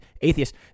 atheist